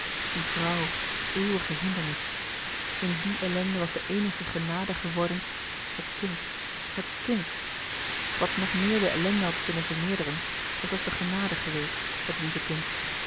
die vrouw eeuwige hindernis in die ellende was de eenige genade geworden het kind het kind wat nog meer de ellende had kunnen vermeerderen het was de genade geweest het lieve kind